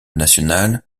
national